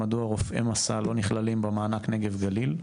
מדוע רופאי מסע לא נכללים במענק נגב גליל,